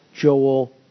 Joel